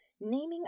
Naming